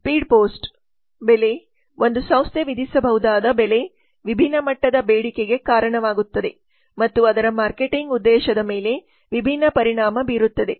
speed post ಬೆಲೆ ಒಂದು ಸಂಸ್ಥೆ ವಿಧಿಸಬಹುದಾದ ಬೆಲೆ ವಿಭಿನ್ನ ಮಟ್ಟದ ಬೇಡಿಕೆಗೆ ಕಾರಣವಾಗುತ್ತದೆ ಮತ್ತು ಅದರ ಮಾರ್ಕೆಟಿಂಗ್ ಉದ್ದೇಶದ ಮೇಲೆ ವಿಭಿನ್ನ ಪರಿಣಾಮ ಬೀರುತ್ತದೆ